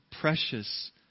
precious